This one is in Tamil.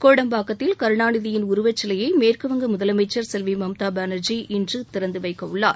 கோடம்பாக்கத்தில் கருணாநிதியின் உருவச்சிலையை மேற்குவங்க முதலமைச்சர் செல்வி மம்தா பானர்ஜி இன்று திறந்து வைக்க உள்ளார்